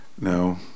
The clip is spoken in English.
no